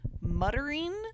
muttering